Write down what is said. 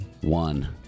One